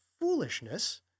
foolishness